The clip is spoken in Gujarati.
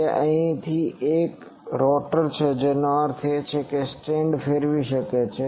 તેથી અહીં એક રોટર છે જેનો અર્થ છે એક સ્ટેન્ડ છે જે ફેરવી શકે છે